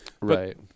Right